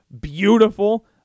beautiful